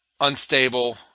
unstable